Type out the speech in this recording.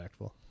impactful